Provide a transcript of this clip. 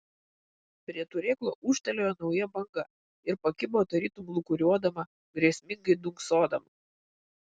prie turėklo ūžtelėjo nauja banga ir pakibo tarytum lūkuriuodama grėsmingai dunksodama